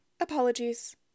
Apologies